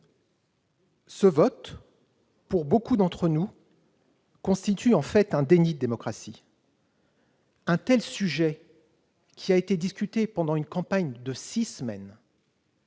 ce vote, pour beaucoup d'entre nous, constitue un déni de démocratie. Un tel sujet a été discuté pendant une campagne de six semaines